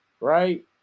right